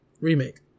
Remake